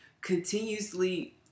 continuously